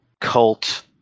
cult